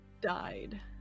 died